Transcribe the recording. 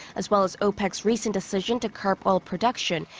as well as opec's recent decision to curb oil production.